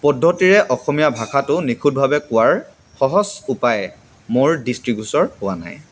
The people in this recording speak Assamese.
পদ্ধতিৰে অসমীয়া ভাষাটো নিখুঁটভাৱে কোৱাৰ সহজ উপায় মোৰ দৃষ্টিগোচৰ হোৱা নাই